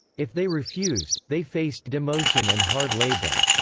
if they refused, they faced demotion and hard labour.